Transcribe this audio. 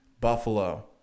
Buffalo